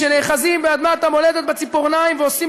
שנאחזים באדמת המולדת בציפורניים ועושים